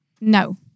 No